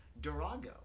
Durago